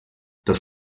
das